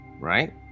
right